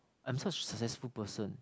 I am such successful person